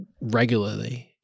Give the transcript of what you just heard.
regularly